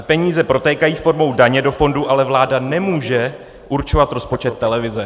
Peníze protékají formou daně do fondů, ale vláda nemůže určovat rozpočet televize.